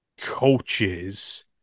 coaches